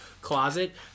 closet